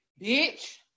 Bitch